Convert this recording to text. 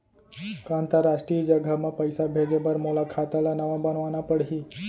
का अंतरराष्ट्रीय जगह म पइसा भेजे बर मोला खाता ल नवा बनवाना पड़ही?